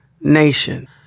nation